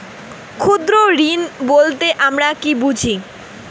ক্ষুদ্র ঋণ বলতে আমরা কি বুঝি?